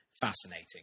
fascinating